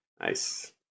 Nice